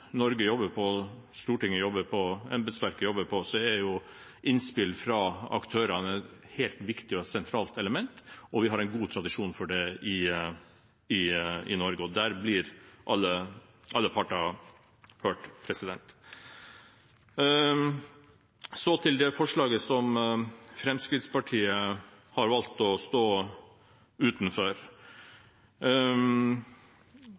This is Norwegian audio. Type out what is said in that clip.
Norge, Stortinget og embetsverket jobber på, er innspill fra aktørene et viktig og helt sentralt element, og vi har en god tradisjon for det i Norge. Der blir alle parter hørt. Så til det forslaget som Fremskrittspartiet har valgt å stå